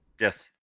Yes